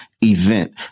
event